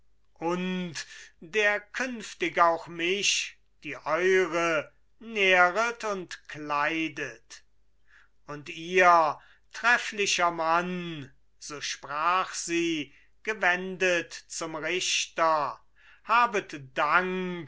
und der künftig auch mich die eure nähret und kleidet und ihr trefflicher mann so sprach sie gewendet zum richter habet dank